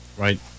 Right